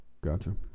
Gotcha